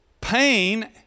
pain